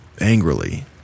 angrily